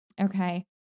Okay